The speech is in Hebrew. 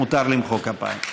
מותר למחוא כפיים.